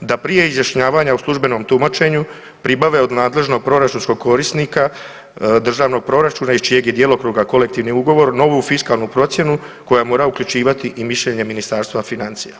da prije izjašnjavanja u službenom tumačenju pribave od nadležnog proračunskog korisnika državnog proračuna iz čijeg je djelokruga kolektivni ugovor, novu fiskalnu procjenu, koja mora uključivati i mišljenje Ministarstva financija.